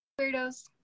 weirdos